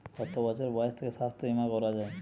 কত বছর বয়স থেকে স্বাস্থ্যবীমা করা য়ায়?